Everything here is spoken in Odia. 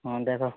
ହଁ ଦେଖ